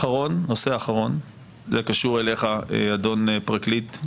ונושא אחרון, זה קשור אליך אדון פרקליט.